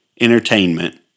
entertainment